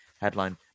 headline